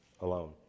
alone